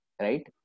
Right